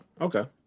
Okay